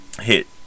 Hit